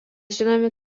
žinomi